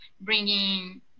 bringing